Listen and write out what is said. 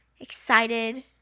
excited